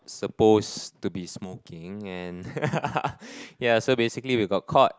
suppose to be smoking and yeah so basically we got caught